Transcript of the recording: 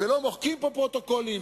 ולא מוחקים פה פרוטוקולים,